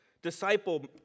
Disciple